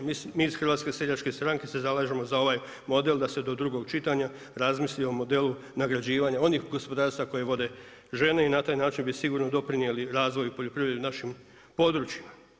Mi iz HSS se zalažem za ovaj model, da se do 2 čitanja razmisli od modelu nagrađivanja onih gospodarstva koji vode žene i na taj način bi sigurno doprinijeli razvoju poljoprivredu na našim područjima.